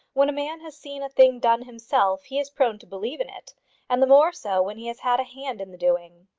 when a man has seen a thing done himself he is prone to believe in it and the more so when he has had a hand in the doing.